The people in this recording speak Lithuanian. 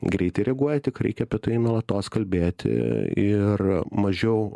greitai reaguoja tik reikia apie tai nuolatos kalbėti ir mažiau